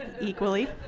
equally